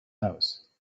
house